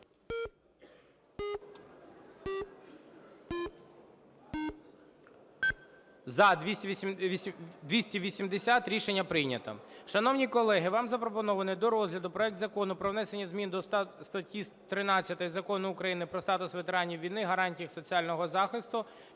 За-280 Рішення прийнято. Шановні колеги, вам запропонований до розгляду проект Закону про внесення зміни до статті 13 Закону України "Про статус ветеранів війни, гарантії їх соціального захисту"